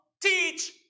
teach